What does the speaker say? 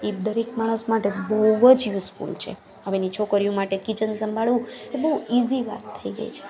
એ દરેક માણસ માટે બોવ જ યુઝફૂલ છે હવેની છોકરીઓ માટે કિચન સાંભળવું એ બહુ ઈઝી વાત થઈ ગઈ છે